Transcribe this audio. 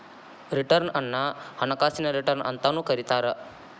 return ಅನ್ನ ಹಣಕಾಸಿನ return ಅಂತಾನೂ ಕರಿತಾರ